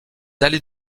allées